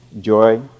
joy